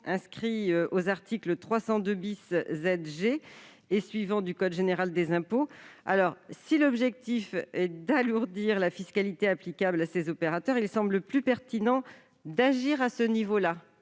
inscrits aux articles 302 ZG et suivants du code général des impôts. Si l'objectif est d'alourdir la fiscalité applicable à ces opérateurs, il paraît plus pertinent d'agir à ce niveau-là,